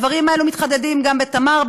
הדברים האלו מתחדדים גם בתמר,